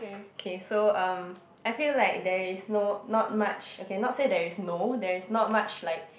okay so um I feel like there is no not much okay not say there is no there is not much like